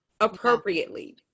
appropriately